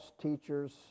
teachers